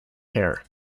hair